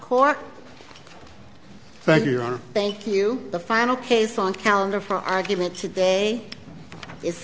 court thank you or thank you the final case on calendar for argument today if